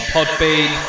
Podbean